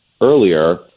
earlier